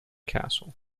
castle